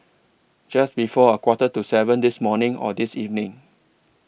Just before A Quarter to seven This morning Or This evening